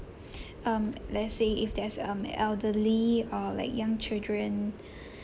um let's say if there's um elderly or like young children